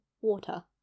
water